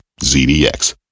ZDX